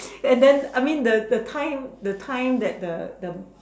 and then I mean the the time the time that the the